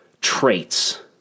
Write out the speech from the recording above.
traits